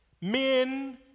Men